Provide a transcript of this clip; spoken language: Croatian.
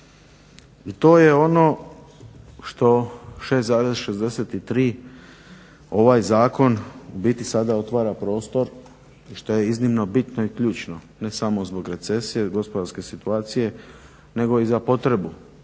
I to je ono što 6,63 ovaj zakon u biti sada otvara prostor što je iznimno bitno i ključno ne samo zbog recesije i gospodarske situacije nego i za potrebu